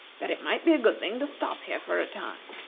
that it might be a good thing to stop here for a time,